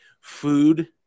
Food